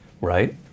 right